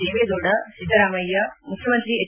ದೇವೇಗೌಡ ಿದ್ದರಾಮಯ್ಯ ಮುಖ್ಯಮಂತ್ರಿ ಎಚ್